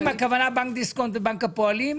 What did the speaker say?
האם הכוונה לבנק דיסקונט ולבנק הפועלים?